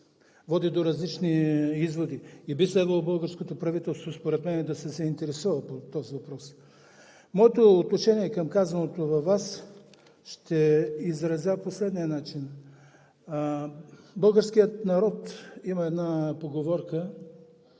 води до различни изводи и според мен би следвало българското правителство да се заинтересува по този въпрос. Моето отношение към казаното от Вас ще изразя по следния начин. Българският народ има една поговорка: